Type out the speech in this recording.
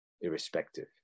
irrespective